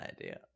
idea